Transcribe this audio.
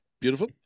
Beautiful